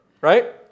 right